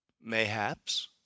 Mayhaps